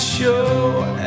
show